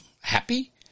happy